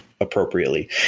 appropriately